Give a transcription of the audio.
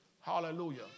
Hallelujah